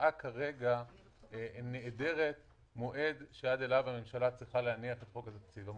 שההצעה כרגע נעדרת מועד שעד אליו הממשלה צריכה להניח את חוק התקציב.